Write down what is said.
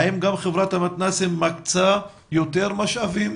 האם גם חברת המתנ"סים מקצה יותר משאבים